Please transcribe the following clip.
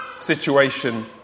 situation